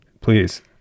Please